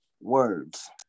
words